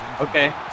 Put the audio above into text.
Okay